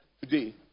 today